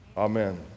Amen